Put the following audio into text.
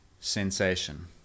sensation